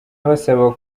abasaba